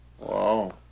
Wow